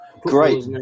Great